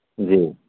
जी